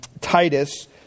Titus